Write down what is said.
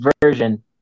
version